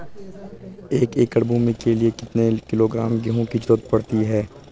एक एकड़ भूमि के लिए कितने किलोग्राम गेहूँ की जरूरत पड़ती है?